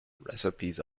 recipes